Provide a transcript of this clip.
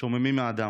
שוממים מאדם.